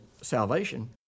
salvation